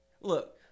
Look